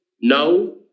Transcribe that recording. No